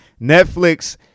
Netflix